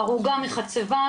הרוגה מחצבה,